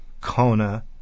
Kona